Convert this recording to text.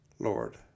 Lord